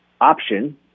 option